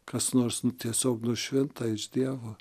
kas nors tiesiog nušvinta iš dievo